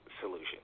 solution